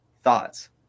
thoughts